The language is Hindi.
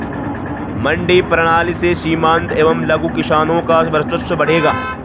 मंडी प्रणाली से सीमांत एवं लघु किसानों का वर्चस्व बढ़ेगा